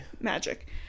Magic